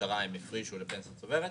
במשטרה הם הפרישו לפנסיה צוברת.